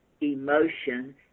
emotion